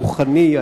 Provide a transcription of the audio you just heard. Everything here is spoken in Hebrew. הרוחני,